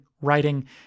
writing